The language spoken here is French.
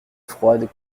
froide